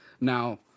Now